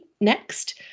next